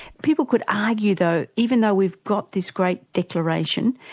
people could argue though, even though we've got this great declaration,